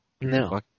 No